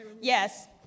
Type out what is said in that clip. Yes